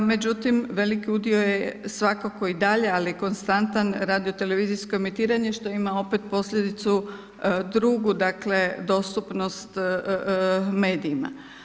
Međutim, veliki udio je svakako i dalje, ali konstantan radio televizijsko emitiranje, što ima opet posljedicu drugu, dakle, dostupnost medijima.